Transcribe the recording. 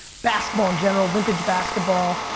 basketball in general, vintage basketball,